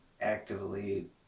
actively